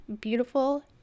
beautiful